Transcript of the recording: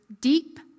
deep